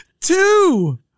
Two